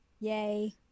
Yay